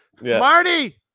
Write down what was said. marty